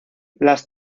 las